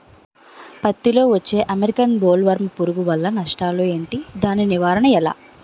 పత్తి లో వచ్చే అమెరికన్ బోల్వర్మ్ పురుగు వల్ల నష్టాలు ఏంటి? దాని నివారణ ఎలా?